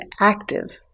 active